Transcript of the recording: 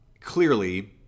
clearly